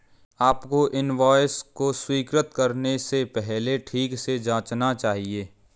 आपको इनवॉइस को स्वीकृत करने से पहले ठीक से जांचना चाहिए